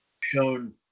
shown